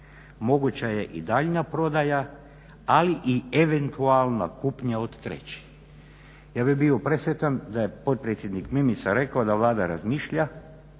Moguća je i daljnja prodaja, ali i eventualna kupnja od trećih. Ja bih bio presretan da je potpredsjednik Mimica rekao da Vlada razmišlja